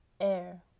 air